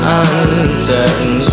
uncertain